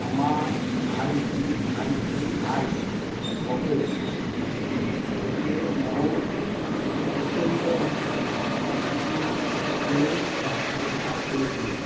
আমার ICICI pockets থেকে মহুল পুততুণ্ড কে পাঁচশো টাকা পে করুন